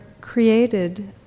created